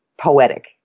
poetic